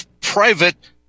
private